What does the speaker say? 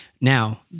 Now